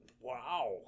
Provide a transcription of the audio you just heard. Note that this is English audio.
Wow